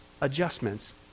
adjustments